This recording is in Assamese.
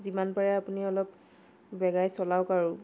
যিমান পাৰে আপুনি অলপ বেগাই চলাওঁক আৰু